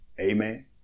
Amen